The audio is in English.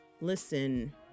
listen